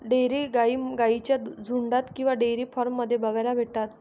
dairy गाई गाईंच्या झुन्डात किंवा डेयरी फार्म मध्ये बघायला भेटतात